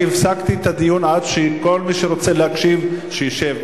אני הפסקתי את הדיון עד שכל מי שרוצה להקשיב ישב,